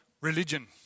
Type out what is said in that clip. religion